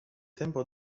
tempo